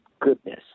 goodness